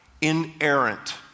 inerrant